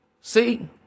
See